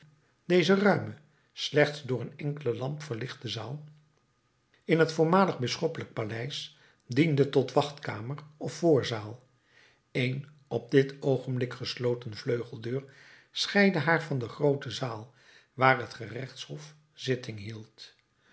deze ruime slechts door een enkele lamp verlichte zaal in het voormalige bisschoppelijke paleis diende tot wachtkamer of voorzaal een op dit oogenblik gesloten vleugeldeur scheidde haar van de groote zaal waar het gerechtshof zitting hield